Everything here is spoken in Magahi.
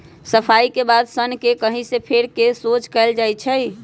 सफाई के बाद सन्न के ककहि से फेर कऽ सोझ कएल जाइ छइ